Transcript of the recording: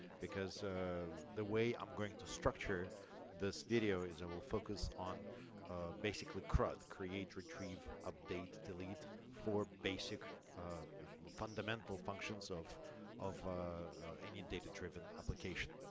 because the way i'm going to structure this video is i will focus on basically crud create, retrieve, update, delete. four basic um ah fundamental functions of of any data-driven application.